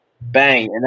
Bang